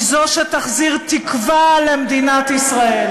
היא זו שתחזיר תקווה למדינת ישראל,